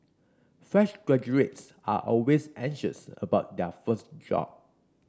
fresh graduates are always anxious about their first job